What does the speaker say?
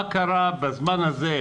מה קרה בזמן הזה?